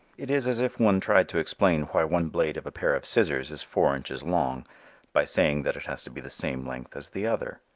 it is as if one tried to explain why one blade of a pair of scissors is four inches long by saying that it has to be the same length as the other.